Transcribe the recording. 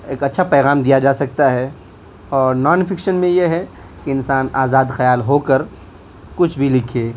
ایک اچھا پیغام دیا جا سکتا ہے اور نون فکشن میں یہ ہے کہ انسان آزاد خیال ہوکر کچھ بھی لکھے